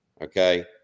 okay